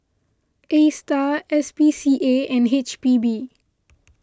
Astar S P C A and H P B